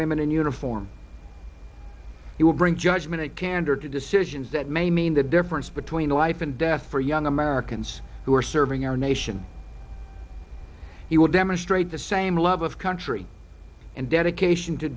women in uniform he will bring judgment and candor to decisions that may mean the difference between life and death for young americans who are serving our nation he will demonstrate the same love of country and dedication to